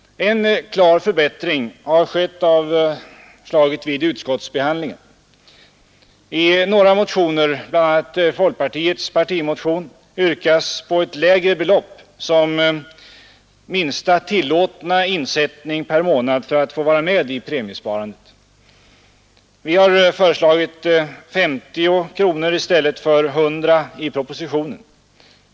En klar förbättring har skett av förslaget vid utskottsbehandlingen. I några motioner, bl.a. folkpartiets partimotion, yrkas på ett lägre belopp som minsta tillåtna insättning per månad för att få vara med i premiesparandet. Vi har föreslagit 50 kronor i stället för de 100 kronor som föreslås i propositionen.